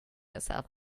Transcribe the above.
yourself